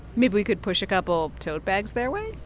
maybe we could push a couple tote bags their way?